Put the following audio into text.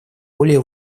более